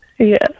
Yes